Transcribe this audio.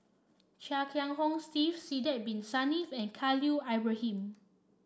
Chia Kiah Hong Steve Sidek Bin Saniff and Khalil Ibrahim